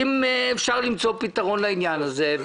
אם אפשר למצוא פתרון לעניין הזה.